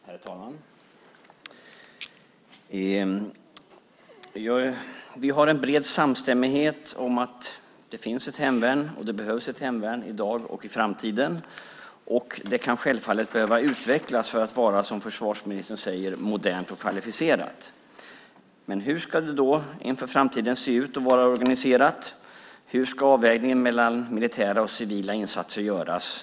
Herr talman! Vi har en bred samstämmighet om att det finns ett hemvärn och att det behövs ett hemvärn i dag och i framtiden. Det kan självfallet behöva utvecklas för att vara, som försvarsministern säger, modernt och kvalificerat. Hur ska det se ut och vara organiserat för framtiden? Hur ska avvägningen mellan militära och civila insatser göras?